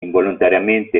involontariamente